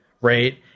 right